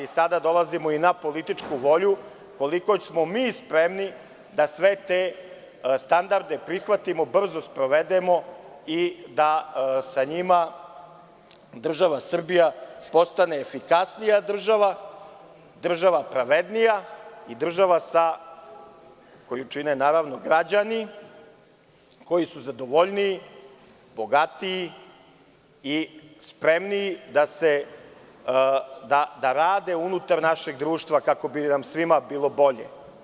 Sada dolazimo i na političku volju – koliko smo mi spremni da sve te standarde prihvatimo, brzo sprovedemo i da sa njima država Srbija postane efikasnija država, pravednija i država koju čine građani koji su zadovoljniji, bogatiji i spremniji da rade unutar našeg društva, kako bi nam svima bilo bolje.